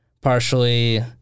partially